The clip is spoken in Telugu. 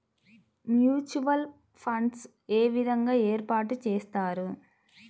మ్యూచువల్ ఫండ్స్ ఏ విధంగా ఏర్పాటు చేస్తారు?